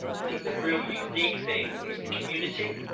i think the real unique thing is the community.